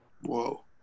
Whoa